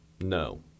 No